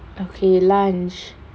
okay lunch